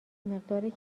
مقدار